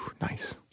Nice